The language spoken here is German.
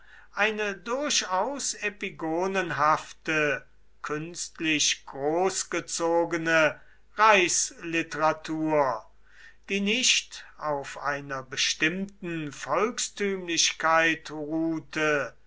eine durchaus epigonenhafte künstlich großgezogene reichsliteratur die nicht auf einer bestimmten volkstümlichkeit ruhte